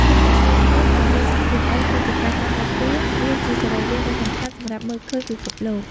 ការថែរក្សាភ្នែកឱ្យមានសុខភាពល្អគឺជាការចាំបាច់ព្រោះវាជាសរីរាង្គដ៏សំខាន់សម្រាប់មើលឃើញពិភពលោក។